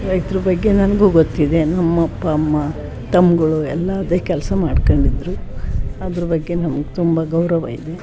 ರೈತ್ರ ಬಗ್ಗೆ ನನಗೂ ಗೊತ್ತಿದೆ ನಮ್ಮ ಅಪ್ಪ ಅಮ್ಮ ತಮ್ಗಳು ಎಲ್ಲ ಅದೇ ಕೆಲಸ ಮಾಡ್ಕೊಂಡಿದ್ರು ಅದ್ರ ಬಗ್ಗೆ ನಮ್ಗೆ ತುಂಬ ಗೌರವ ಇದೆ